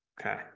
Okay